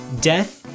death